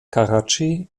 karatschi